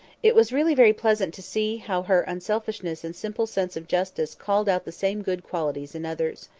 it was really very pleasant to see how her unselfishness and simple sense of justice called out the same good qualities in others.